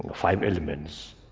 five elements.